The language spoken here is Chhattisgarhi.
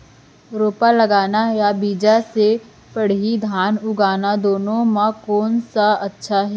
रोपा लगाना या बीज से पड़ही धान उगाना दुनो म से कोन अच्छा हे?